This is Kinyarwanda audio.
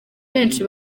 benshi